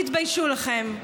תתביישו לכם.